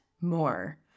more